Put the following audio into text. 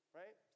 right